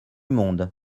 monde